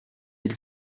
ils